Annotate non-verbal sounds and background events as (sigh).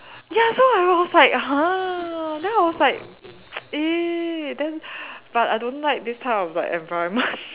ya so I was like !huh! then I was like (noise) eh then but I don't like this kind of like environment (laughs)